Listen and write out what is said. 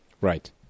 Right